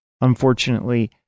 unfortunately